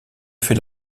fait